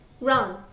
Run